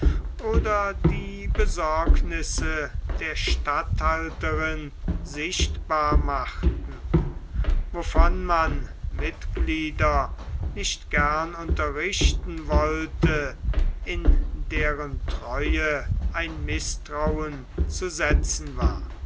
oder die besorgnisse der statthalters sichtbar machten wovon man mitglieder nicht gern unterrichten wollte in deren treue ein mißtrauen zu setzen war